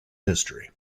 history